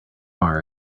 bar